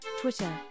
Twitter